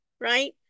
right